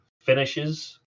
finishes